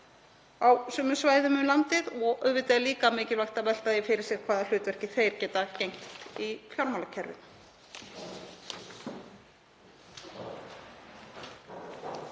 á sumum svæðum um landið. Auðvitað er líka mikilvægt að velta því fyrir sér hvaða hlutverki þeir geta gegnt í fjármálakerfinu.